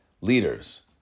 leaders